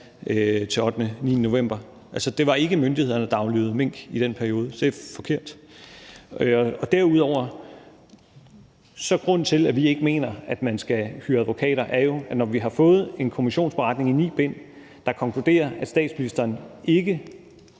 til den 8.-9. november. Altså, det var ikke myndighederne, der aflivede mink i den periode; det er forkert. For det andet er grunden til, at vi ikke mener, at man skal hyre advokater, jo, at når vi har fået en kommissionsberetning i ni bind, der konkluderer, at statsministeren ikke